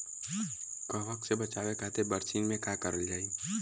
कवक से बचावे खातिन बरसीन मे का करल जाई?